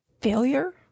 failure